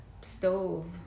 stove